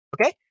Okay